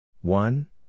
One